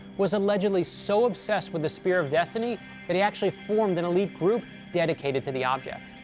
was allegedly so obsessed with the spear of destiny that he actually formed an elite group dedicated to the object.